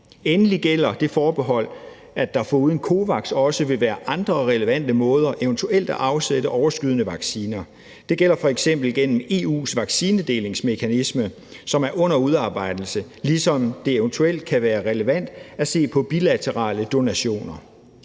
Endelig gælder det forbehold, at der foruden COVAX også her vil være andre relevante måder til eventuelt at afsætte overskydende vacciner. Det gælder f.eks. EU's vaccinedelingsmekanisme, som er under udarbejdelse, ligesom det eventuelt kan være relevant at se på bilaterale donationer.